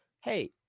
Hey